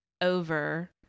over